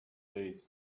days